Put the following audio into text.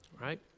right